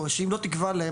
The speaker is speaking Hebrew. או שאם לא תקבע להם,